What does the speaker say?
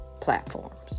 platforms